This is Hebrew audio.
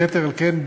יתר על כן,